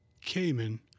Cayman